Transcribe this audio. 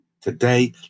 today